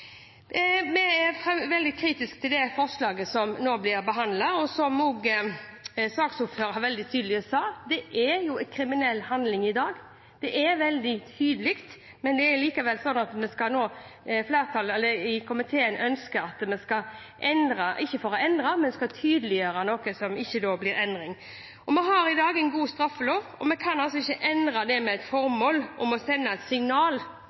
Vi er veldig kritiske til det forslaget som nå blir behandlet. Som også saksordføreren her veldig tydelig sa: Voldtekt er en kriminell handling i dag, det er veldig tydelig. Det er likevel slik at en ønsker at vi skal endre, ikke for å endre, men at vi skal tydeliggjøre noe som ikke blir en endring. Vi har i dag en god straffelov, og vi kan ikke endre den med et formål om å sende et signal,